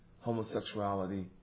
homosexuality